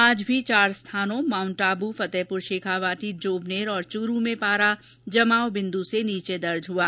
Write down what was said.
आज भी चार स्थानों माउण्टआब्र फतेहपुर शेखावाटी जोवनेर और च्ररू में पारा जमावविन्द्र से नीचे दर्ज हुआ